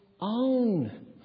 own